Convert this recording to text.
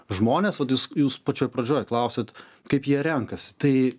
žmonės vat jūs pačioj pradžioj klausėt kaip jie renkasi tai